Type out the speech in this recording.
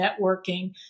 networking